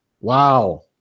wow